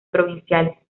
provinciales